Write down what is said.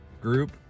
group